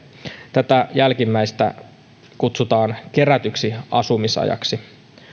tätä jälkimmäistä kutsutaan kerätyksi asumisajaksi